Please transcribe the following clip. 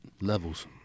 Levels